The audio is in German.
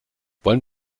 wollen